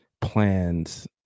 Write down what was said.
plans